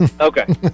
Okay